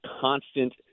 constant